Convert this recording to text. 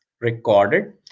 recorded